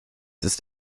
ist